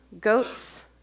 goats